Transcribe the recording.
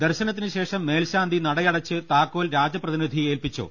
ദർശനത്തിന് ശേഷം മേൽശാന്തി നടയടച്ച് താക്കോൽ രാജപ്രതിനിധിയെ ഏൽപിച്ചു